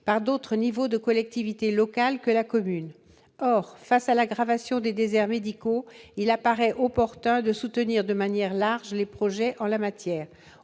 par d'autres niveaux de collectivité locale que la commune. Or, face à l'aggravation des déserts médicaux, il apparaît opportun de soutenir de manière large les projets en la matière.